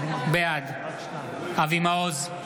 בעד אבי מעוז,